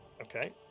Okay